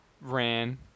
ran